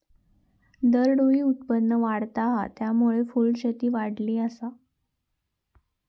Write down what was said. दरडोई उत्पन्न वाढता हा, त्यामुळे फुलशेती वाढली आसा